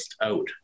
out